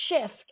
shift